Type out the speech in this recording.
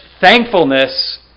thankfulness